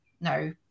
no